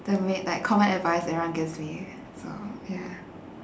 the main like common advice everyone gives me so ya